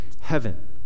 heaven